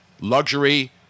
luxury